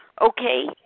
Okay